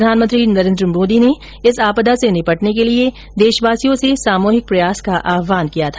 प्रधानमंत्री नरेन्द्र मोदी ने इस आपदा से निपटने के लिए देशवासियों से सामूहिक प्रयास का आहवान किया था